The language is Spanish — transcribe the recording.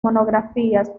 monografías